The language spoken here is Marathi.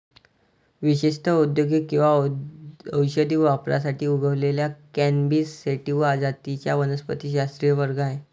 विशेषत औद्योगिक किंवा औषधी वापरासाठी उगवलेल्या कॅनॅबिस सॅटिवा जातींचा वनस्पतिशास्त्रीय वर्ग आहे